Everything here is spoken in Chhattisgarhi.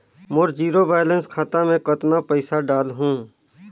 मोर जीरो बैलेंस खाता मे कतना पइसा डाल हूं?